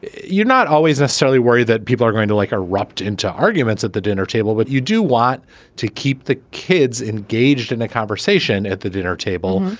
you're not always necessarily worried that people are going to like are rushed into arguments at the dinner table. but you do want to keep the kids engaged in the conversation at the dinner table.